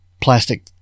plastic